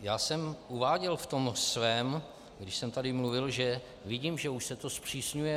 Já jsem uváděl v tom svém, když jsem tady mluvil, že vidím, že už se to zpřísňuje.